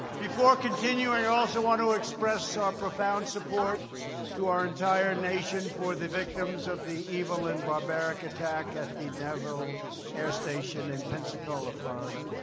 before continuing, i also want to express our profound support to our entire nation for the victims of the evil and barbaric attack at the naval air station in pensacola, florida.